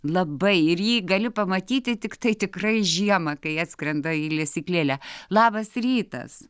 labai ir jį gali pamatyti tiktai tikrai žiemą kai atskrenda į lesyklėlę labas rytas